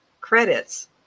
credits